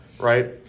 right